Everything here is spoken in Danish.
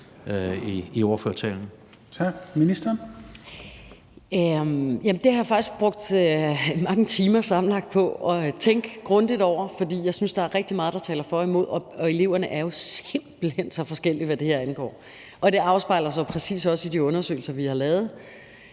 (Pernille Rosenkrantz-Theil): Det har jeg faktisk sammenlagt brugt mange timer på at tænke grundigt over, for jeg synes, der er rigtig meget, der taler for og imod, og eleverne er jo simpelt hen så forskellige, hvad det her angår. Det afspejler sig præcis også i de undersøgelser, vi har lavet.